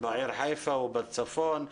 בעיר חיפה ובצפון.